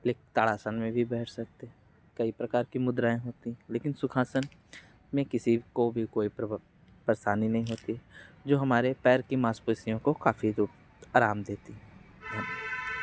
लिक ताड़ासन में भी बैठ सकते हैं कई प्रकार की मुद्राएं होती हैं लेकिन सुखासन में किसी को भी कोई परेशानी नहीं होती है जो हमारे पैर की माँस्पेशियों को काफ़ी आराम देती हैं